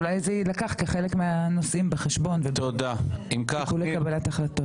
אולי זה יילקח בחשבון כחלק מהנושאים בשיקולי קבלת ההחלטות.